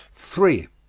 three.